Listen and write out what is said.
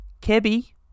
Kebby